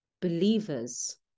believers